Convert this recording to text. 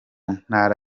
ntara